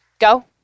go